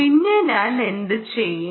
പിന്നെ ഞാൻ എന്തു ചെയ്യും